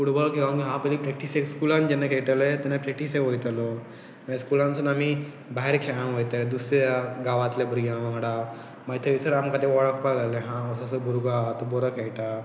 football खेळोंक हांव पयली प्रॅक्टीसे स्कुलान जेन्ना खेळटले तेन्ना प्रॅक्टीसेक वयतलो मागीर स्कुलानसून आमी भायर खेळोंक वयतले दुसऱ्या गवांतल्या भुरग्यां वांगडा मागी थंयसरकां तें वळखपाक लागलें हा असो असो भुरगो आहा तो बरो खळटा